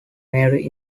mary